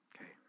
Okay